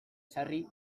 sarri